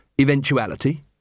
eventuality